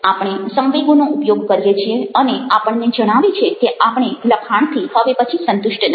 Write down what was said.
આપણે સંવેગોનો ઉપયોગ કરીએ છીએ અને આ આપણને જણાવે છે કે આપણે લખાણથી હવે પછી સંતુષ્ટ નથી